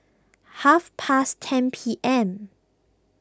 half past ten P M